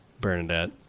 Bernadette